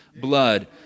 blood